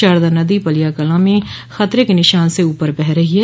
शारदा नदी पलियाकलां में खतरे के निशान से ऊपर बह रही है